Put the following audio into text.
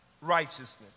righteousness